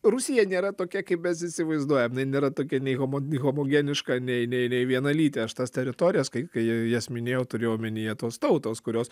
rusija nėra tokia kaip mes įsivaizduojam nėra tokia nei homo homogeniška nei nei nei vienalytė aš tas teritorijas kai kai jas minėjau turėjau omenyje tos tautos kurios